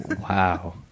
Wow